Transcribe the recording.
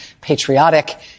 patriotic